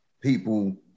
people